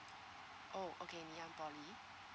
oh okay ngee an poly